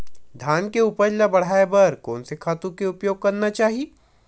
धान के उपज ल बढ़ाये बर कोन से खातु के उपयोग करना चाही?